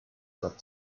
but